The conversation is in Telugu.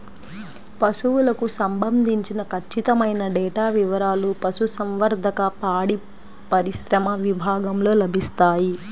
పశువులకు సంబంధించిన ఖచ్చితమైన డేటా వివారాలు పశుసంవర్ధక, పాడిపరిశ్రమ విభాగంలో లభిస్తాయి